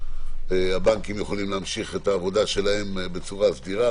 הבנקים יכולים להמשיך את עבודתם בצורה סדירה,